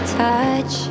touch